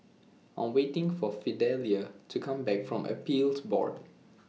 I Am waiting For Fidelia to Come Back from Appeals Board